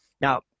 Now